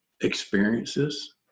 experiences